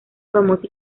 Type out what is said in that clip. famosa